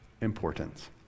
importance